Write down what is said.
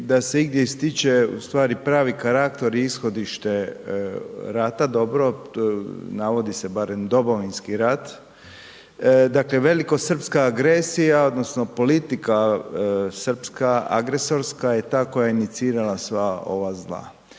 da se igdje ističe u stvari pravi karakter i ishodište rata, dobro navodi se barem Domovinski rat, dakle, velikosrpska agresija odnosno politika srpska, agresorska je ta koja je inicirala sva ova zla.